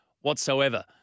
whatsoever